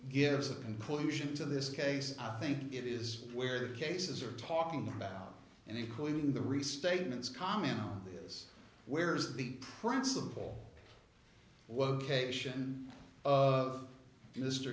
gives a conclusion to this case i think it is where the cases are talking about and including the restatements comment on this where's the principle was ok sion of mr